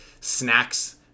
snacks